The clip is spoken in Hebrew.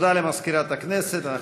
תודה למזכירת הכנסת.